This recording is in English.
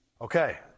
Okay